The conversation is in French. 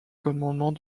commandement